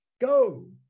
Go